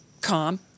calm